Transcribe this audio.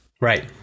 Right